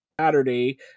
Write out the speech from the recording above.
saturday